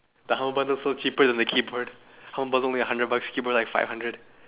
the humble bundle also cheaper than the keyboard humble bundle only a hundred bucks keyboard like five hundred